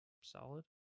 solid